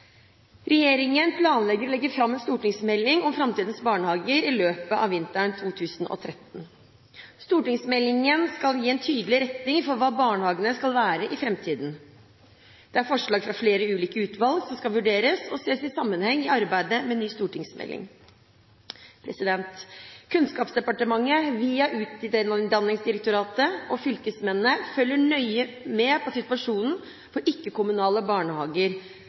Regjeringen planlegger å legge fram en stortingsmelding om framtidens barnehager i løpet av vinteren 2013. Stortingsmeldingen skal gi en tydelig retning for hva barnehagene skal være i framtiden. Det er forslag fra flere ulike utvalg som skal vurderes og ses i sammenheng i arbeidet med den nye stortingsmeldingen. Kunnskapsdepartementet, via Utdanningsdirektoratet og fylkesmennene, følger nøye med på situasjonen for ikke-kommunale barnehager